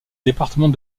département